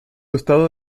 estado